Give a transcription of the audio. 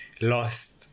lost